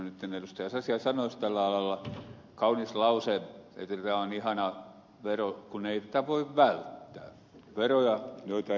sasia sanoisi tällä alalla kaunis lause että tämä on ihana vero kun ei tätä voi välttää veroja joita ei voi välttää